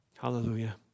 Hallelujah